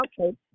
Okay